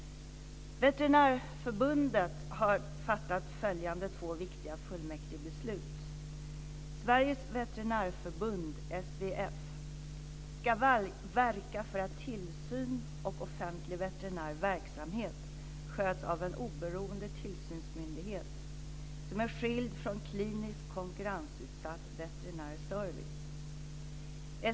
Veterinärförbundet har fattat följande två viktiga fullmäktigebeslut: Sveriges veterinärförbund, SVF, ska verka för att tillsyn och offentlig veterinär verksamhet sköts av en oberoende tillsynsmyndighet som är skild från klinisk konkurrensutsatt veterinär service.